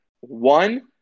one